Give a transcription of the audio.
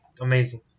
Amazing